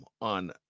on